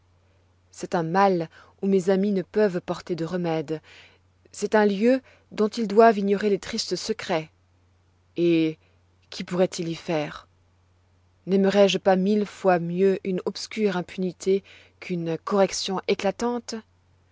c'est un mal où mes amis ne peuvent porter de remède c'est un lieu dont ils doivent ignorer les tristes secrets et qu'y pourroient ils faire naimerois je pas mille fois mieux une obscure impunité qu'une correction éclatante